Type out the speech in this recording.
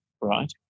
Right